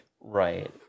Right